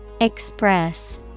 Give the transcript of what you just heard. Express